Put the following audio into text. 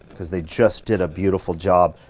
cause they just did a beautiful job.